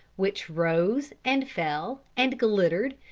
which rose, and fell, and glittered,